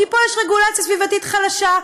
כי פה יש רגולציה סביבתית חלשה,